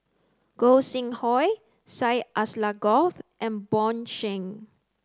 Gog Sing Hooi Syed Alsagoff and Bjorn Shen